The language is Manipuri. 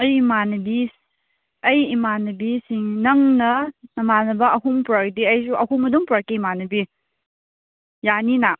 ꯑꯩ ꯏꯃꯥꯟꯅꯕꯤ ꯑꯩ ꯏꯃꯥꯟꯅꯕꯤꯁꯤꯡ ꯅꯪꯅ ꯅꯃꯥꯟꯅꯕ ꯑꯍꯨꯝ ꯄꯨꯔꯛꯂꯗꯤ ꯑꯩꯁꯨ ꯑꯍꯨꯝ ꯑꯗꯨꯝ ꯄꯨꯔꯛꯀꯦ ꯏꯃꯥꯟꯅꯕꯤ ꯌꯥꯅꯤꯅ